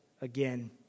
again